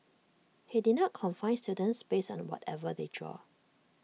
he did not confine students based on whatever they drew